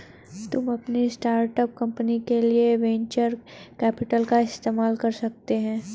तुम अपनी startup company के लिए वेन्चर कैपिटल का इस्तेमाल कर सकते हो